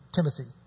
Timothy